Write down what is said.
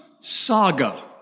saga